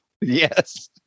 yes